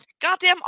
goddamn